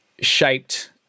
shaped